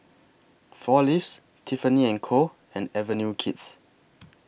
four Leaves Tiffany and Co and Avenue Kids